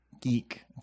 geek